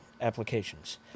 applications